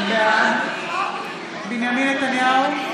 בעד בנימין נתניהו,